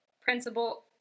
principal